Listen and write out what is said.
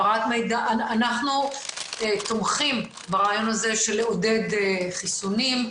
אנחנו תומכים ברעיון הזה של עידוד חיסונים.